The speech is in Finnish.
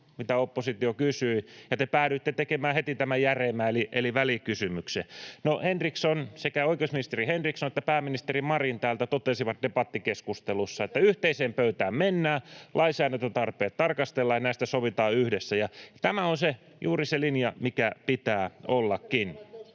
mitä oppositio kysyi, ja te päädyitte tekemään heti tämän järeimmän eli välikysymyksen. No, sekä oikeusministeri Henriksson että pääministeri Marin täältä totesivat debattikeskustelussa, [Mika Niikko: Mitäs sisäministeri sanoi?] että yhteiseen pöytään mennään, lainsäädäntötarpeet tarkastellaan ja näistä sovitaan yhdessä, ja tämä on juuri se linja, mikä pitää ollakin.